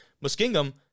Muskingum